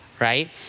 right